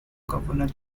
governor